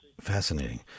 Fascinating